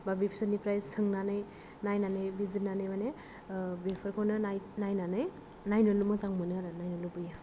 बा बिसोरनिफ्राय सोंनानै नायनानै बिजिरनानै मानि बिफोरखौनो नाय नायनानै नायनो मोजां मोनो आरो नायनो लुबैयो